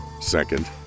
Second